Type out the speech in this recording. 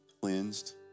cleansed